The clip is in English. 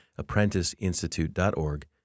apprenticeinstitute.org